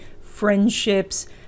friendships